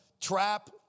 trap